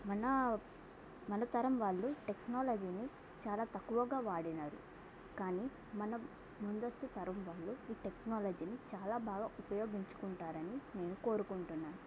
మన మన తరం వాళ్ళు టెక్నాలజీని చాలా తక్కువగా వాడారు కానీ మన ముందస్తు తరం వాళ్ళు ఈ టెక్నాలజీని చాలా బాగా ఉపయోగించుకుంటారని నేను కోరుకుంటున్నాను